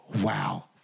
wow